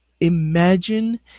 Imagine